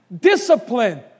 discipline